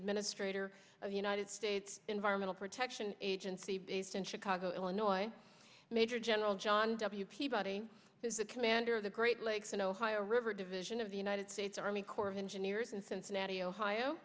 administrator of the united states environmental protection agency based in chicago illinois major general john w peabody commander of the great lakes in ohio river division of the united states army corps of engineers in cincinnati ohio